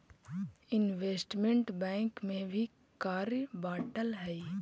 investment bank में भी कार्य बंटल हई